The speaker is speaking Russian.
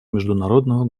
международного